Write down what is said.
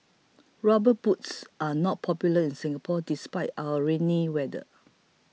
rubber boots are not popular in Singapore despite our rainy weather